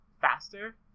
faster